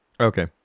okay